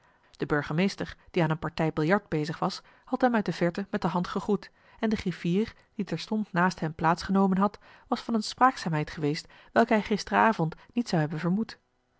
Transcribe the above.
de burgemeester die aan een partij biljart bezig was had hem uit de verte met de hand gegroet en de griffier die terstond naast hem plaats genomen had was van een spraakzaamheid geweest welke hij gisteren avond niet zou hebben vermoed